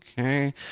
Okay